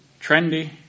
trendy